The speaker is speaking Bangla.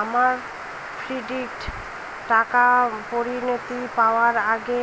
আমার ফিক্সড টাকা পরিনতি পাওয়ার আগে